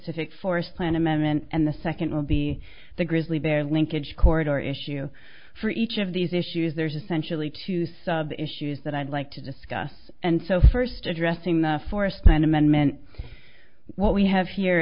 specific forest plan amendment and the second will be the grizzly bear linkage corridor issue for each of these issues there's essentially to some of the issues that i'd like to discuss and so first addressing the forest land amendment what we have here